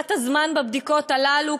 מריחת הזמן בבדיקות הללו,